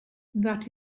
that